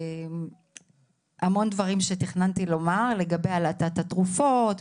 המון דברים שתכננתי להגיד לגבי הלעטת התרופות,